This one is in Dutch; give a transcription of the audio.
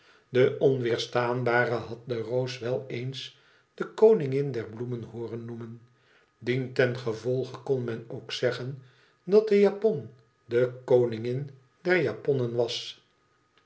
de onweerstaanbare had de roos wel eens de koningin der bloemen hooren noemen dientengevolge kon men ook zeggen dat de japon de koningin der japonnen was